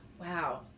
wow